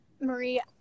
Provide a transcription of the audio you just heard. Marie